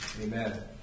Amen